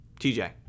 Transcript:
TJ